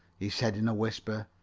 he said in a whisper.